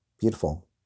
beautiful